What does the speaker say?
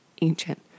ancient